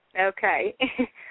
Okay